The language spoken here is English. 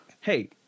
Hey